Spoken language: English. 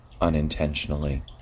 unintentionally